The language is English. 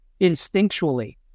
instinctually